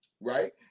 right